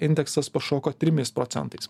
indeksas pašoko trimis procentais